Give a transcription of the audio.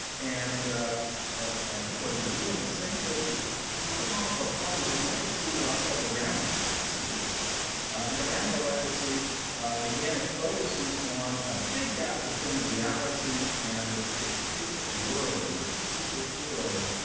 and i think what he's doing essentially is he's building off of a hollywood legacy what i call the rambo legacy and the rambo legacy again it focuses on a big gap between reality and this fictitious world in which superheroes